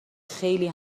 خیلی